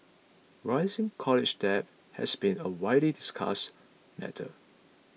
rising college debt has been a widely discussed matter